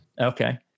Okay